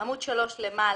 עמוד 3 למעלה.